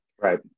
right